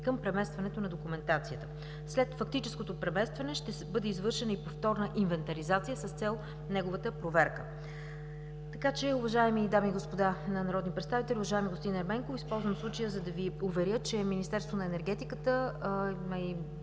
към преместването на документацията. След фактическото преместване ще бъде извършена и повторна инвентаризация с цел неговата проверка. Уважаеми дами и господа народни представители, уважаеми господин Ерменков, използвам случая да Ви уверя, че Министерството на енергетиката и